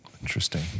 Interesting